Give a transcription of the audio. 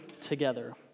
together